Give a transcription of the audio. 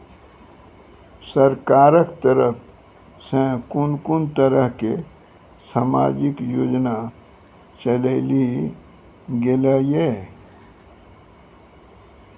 सरकारक तरफ सॅ कून कून तरहक समाजिक योजना चलेली गेलै ये?